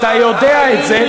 אתה יודע את זה,